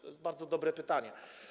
To jest bardzo dobre pytanie.